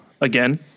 again